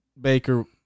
Baker